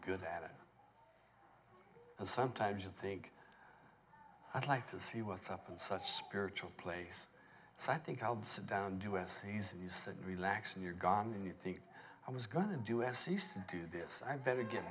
good at it and sometimes you think i'd like to see what's up in such spiritual place so i think i'll sit down do a season you sit and relax and you're gone and you think i was going to do ses dubious i better get